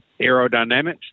aerodynamics